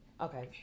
okay